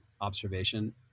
observation